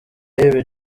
y’ibi